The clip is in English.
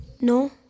No